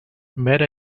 better